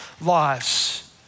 lives